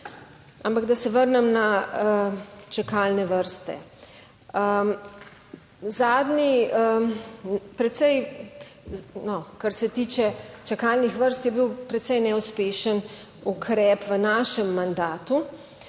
Ampak, da se vrnem na čakalne vrste. No, kar se tiče čakalnih vrst, je bil precej neuspešen ukrep v našem mandatu,